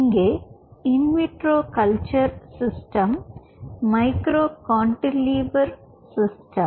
இங்கே in vitro culture system micro cantilever system